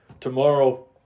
tomorrow